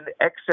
excess